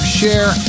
share